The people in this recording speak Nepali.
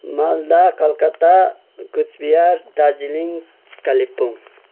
मालदा कलकत्ता कुचबिहार दार्जिलिङ कालिम्पोङ